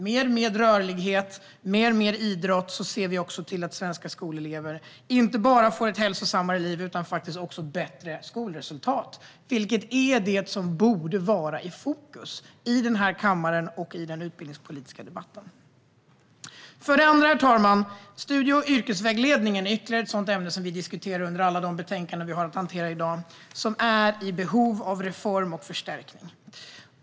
Med mer rörlighet och mer idrott ser vi också till att svenska skolelever inte bara får ett hälsosammare liv utan också faktiskt bättre skolresultat, vilket borde vara i fokus här i kammaren och i den utbildningspolitiska debatten. För det andra är studie och yrkesvägledningen, herr talman, ytterligare ett ämne som vi diskuterar i alla de betänkanden vi hanterar i dag. Detta är i behov av reform och förstärkning.